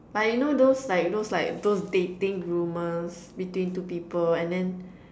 like you know those like those like those dating rumors between two people and then